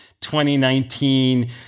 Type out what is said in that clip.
2019